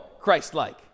Christ-like